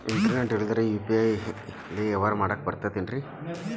Internet ಇಲ್ಲಂದ್ರ UPI ಲೇ ವ್ಯವಹಾರ ಮಾಡಾಕ ಬರತೈತೇನ್ರೇ?